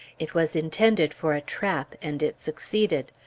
it was intended for a trap and it succeeded.